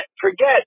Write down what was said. Forget